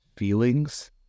feelings